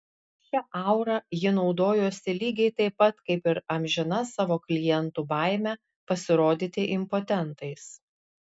šia aura ji naudojosi lygiai taip pat kaip ir amžina savo klientų baime pasirodyti impotentais